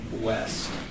west